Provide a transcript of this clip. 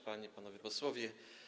Panie i Panowie Posłowie!